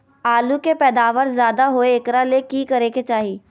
आलु के पैदावार ज्यादा होय एकरा ले की करे के चाही?